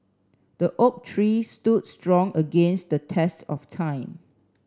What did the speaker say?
the oak tree stood strong against the test of time